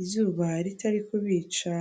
izuba ritari kubica.